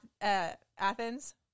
Athens